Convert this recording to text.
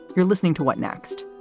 you're listening to what next?